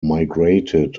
migrated